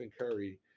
Curry